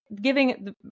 giving